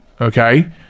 okay